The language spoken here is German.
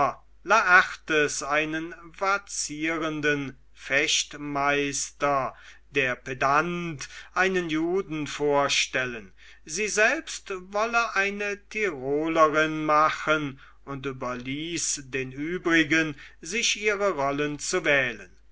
laertes einen vazierenden fechtmeister der pedant einen juden vorstellen sie selbst wolle eine tirolerin machen und überließ den übrigen sich ihre rollen zu wählen